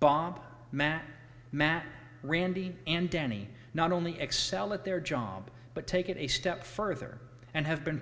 bob matt matt randy and danny not only excel at their job but take it a step further and have been